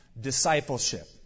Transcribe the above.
discipleship